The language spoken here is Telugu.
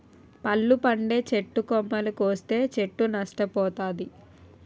పళ్ళు పండే చెట్టు కొమ్మలు కోస్తే చెట్టు నష్ట పోతాది